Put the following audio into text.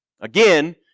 Again